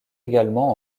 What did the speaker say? également